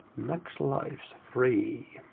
max lives, three.